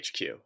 HQ